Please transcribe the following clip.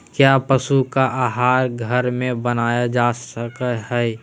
क्या पशु का आहार घर में बनाया जा सकय हैय?